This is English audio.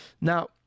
now